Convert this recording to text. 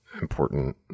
important